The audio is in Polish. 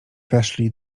weszli